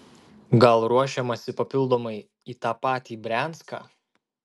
gal ruošiamasi papildomai į tą patį brianską